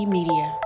Media